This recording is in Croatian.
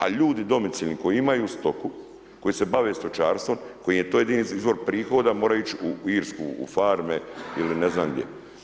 A ljudi domicilni koji imaju stoku, koji se bave stočarstvom, kojima je to jedini izvor prihoda moraju ići u Irsku u farme ili ne znam gdje.